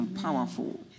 Powerful